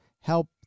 help